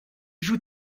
joue